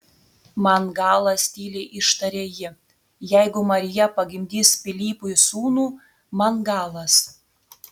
man galas tyliai ištarė ji jeigu marija pagimdys pilypui sūnų man galas